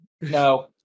No